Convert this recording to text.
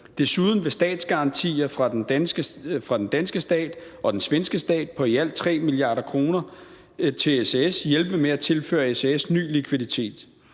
Desuden vil statsgarantier fra den danske stat og den svenske stat på i alt 3 mia. kr. til SAS hjælpe med at tilføre SAS ny likviditet.